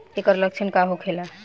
ऐकर लक्षण का होखेला?